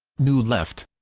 new left